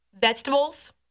vegetables